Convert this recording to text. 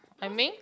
I mean